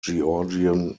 georgian